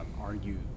argued